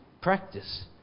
practice